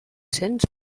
cents